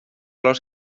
los